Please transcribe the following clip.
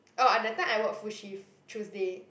oh at that time I work full shift Tuesday